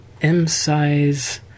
M-size